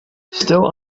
still